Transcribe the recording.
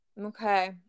Okay